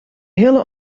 hele